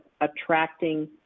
attracting